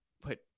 put